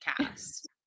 cast